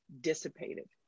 dissipated